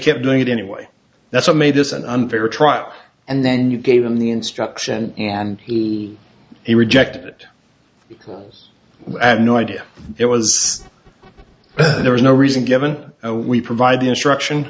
kept doing it anyway that's what made this an unfair trial and then you gave him the instruction and he rejected it and no idea it was there is no reason given we provide the instruction